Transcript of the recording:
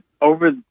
over –